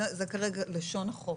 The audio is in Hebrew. זה כרגע לשון החוק.